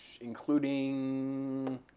including